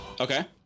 Okay